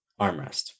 armrest